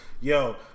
Yo